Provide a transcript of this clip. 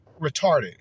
retarded